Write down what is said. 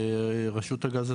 רשות הגז,